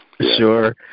Sure